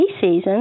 season